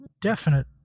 definite